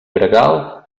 gregal